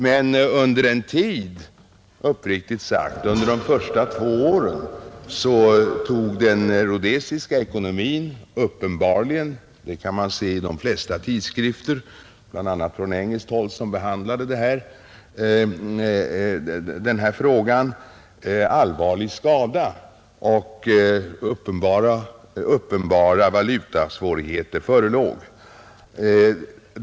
Men under de första två åren tog den rhodesiska ekonomin uppenbarligen — det kan man se i de flesta tidskrifter, bl.a. från engelskt håll, som behandlade den här frågan — allvarlig skada, och uppenbara valutasvårigheter förelåg.